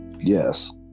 yes